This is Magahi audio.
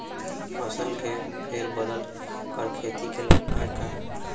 फसल के फेर बदल कर खेती के लाभ है का?